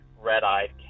red-eyed